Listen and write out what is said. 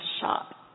shop